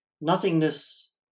nothingness